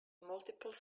multiple